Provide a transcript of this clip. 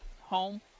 home